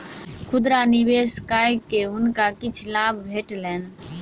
खुदरा निवेश कय के हुनका किछ लाभ भेटलैन